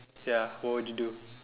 ya what would you do